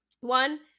One